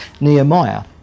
Nehemiah